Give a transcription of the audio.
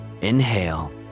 Inhale